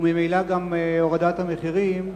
וממילא גם הורדת המחירים,